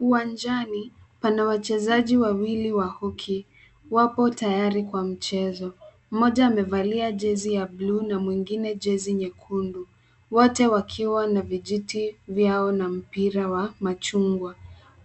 Uwanjani pana wachezaji wawili wa hockey ,wako tayari kwa mchezo. Mmoja amevalia kazi ya bluu na mwingine jezi nyekundu. Wote wakiwa na vijiti vyao na mpira wa chungwa.